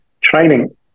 training